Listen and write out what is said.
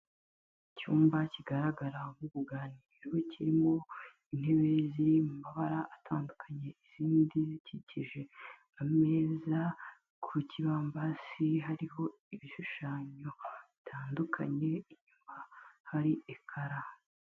Icyumba kigaragara nko m'uruganiro kirimo intebe ziri mu mabara atandukanye izindi zikikije ameza. Ku kibambasi hariho ibishushanyo bitandukanye inyuma hari ikara.